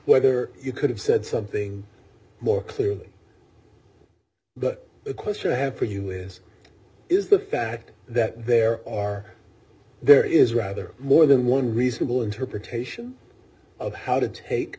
whether you could have said something more clearly but the question i have for you is is the fact that there are there is rather more than one reasonable interpretation of how to take